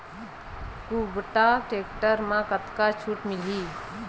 कुबटा टेक्टर म कतका छूट मिलही?